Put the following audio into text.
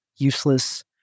useless